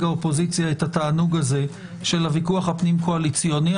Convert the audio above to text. האופוזיציה את התענוג הזה של הוויכוח הפנים קואליציוני.